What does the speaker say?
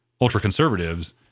ultra-conservatives